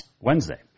Wednesday